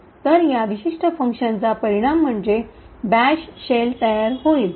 तर या विशिष्ट फंक्शनचा परिणाम म्हणजे बॅश शेल तयार होईल